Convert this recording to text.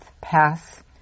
Pass